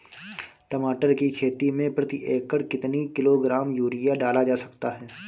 टमाटर की खेती में प्रति एकड़ कितनी किलो ग्राम यूरिया डाला जा सकता है?